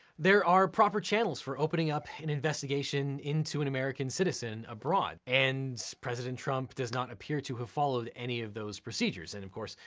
there are proper channels for opening up an investigation into an american citizen abroad, and president trump does not appear to have followed any of those procedures, and of course,